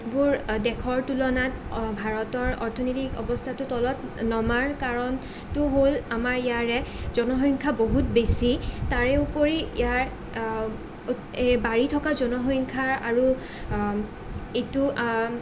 বহুতবোৰ দেশৰ তুলনাত অঁ ভাৰতৰ অৰ্থনৈতিক অৱস্থাটো তলত নমাৰ কাৰণটো হ'ল আমাৰ ইয়াৰে জনসংখ্যা বহুত বেছি তাৰোপৰি ইয়াৰ বাঢ়ি থকা জনসংখ্যাৰ আৰু এইটো